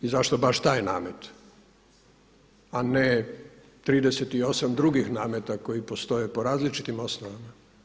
I zašto baš taj namet a ne 38 drugih nameta koji postoje po različitim osnovama?